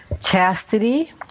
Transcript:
chastity